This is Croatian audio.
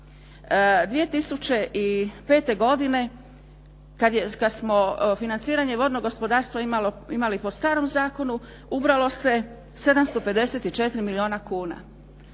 2005. godine kada smo financiranje vodno gospodarstvo je imali po starom zakonu ubralo se 754 milijuna kuna.